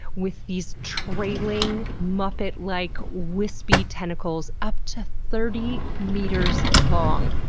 with these trailing, muppet-like, wispy tentacles up to thirty meters long,